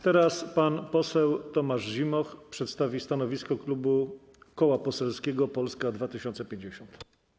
Teraz pan poseł Tomasz Zimoch przedstawi stanowisko koła poselskiego Polska 2050.